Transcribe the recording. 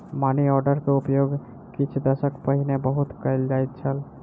money order के उपयोग किछ दशक पहिने बहुत कयल जाइत छल